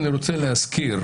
אני רוצה להזכיר,